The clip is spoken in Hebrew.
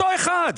אותו אחד.